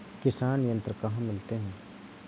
किसान यंत्र कहाँ मिलते हैं?